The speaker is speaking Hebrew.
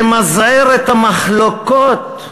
למזער את המחלוקות.